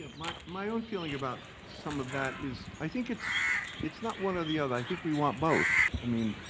my my own feeling about some of that is i think it's it's not one or the other, i think we want both. i mean,